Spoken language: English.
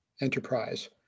enterprise